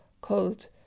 called